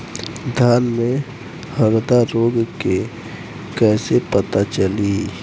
धान में हरदा रोग के कैसे पता चली?